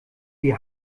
die